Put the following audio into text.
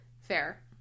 Fair